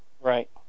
Right